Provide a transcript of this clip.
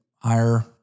higher